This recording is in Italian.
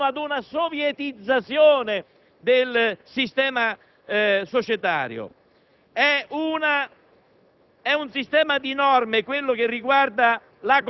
Chi pagherà le spese di gestione nella fase successiva alla decadenza? La gestione della rete autostradale,